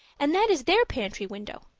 and that is their pantry window.